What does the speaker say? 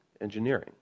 engineering